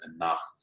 enough